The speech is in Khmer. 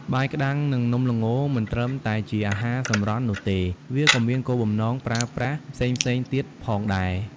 បាយក្ដាំង និងនំល្ង មិនត្រឹមតែជាអាហារសម្រន់នោះទេ វាក៏មានគោលបំណងប្រើប្រាស់ផ្សេងៗទៀតផងដែរ។